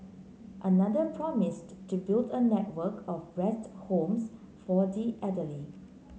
another promised to build a network of rest homes for the elderly